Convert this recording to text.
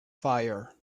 fire